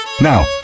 Now